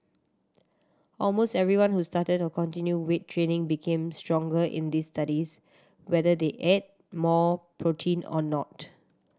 almost everyone who started or continued weight training became stronger in these studies whether they ate more protein or not